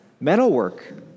metalwork